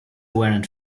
warrant